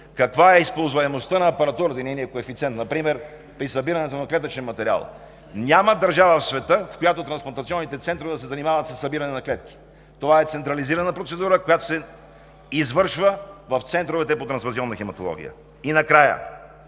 каква е използваемостта на апаратурата и нейния коефициент – например при събирането на клетъчен материал. Няма държава в света, в която трансплантационните центрове да се занимават със събиране на клетки. Това е централизирана процедура, която се извършва в центровете по трансфузионна хематология.